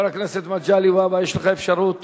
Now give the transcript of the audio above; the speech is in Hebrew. חבר הכנסת מגלי והבה, יש לך אפשרות